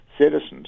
citizens